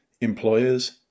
employers